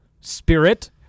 spirit